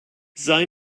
sei